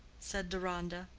said deronda,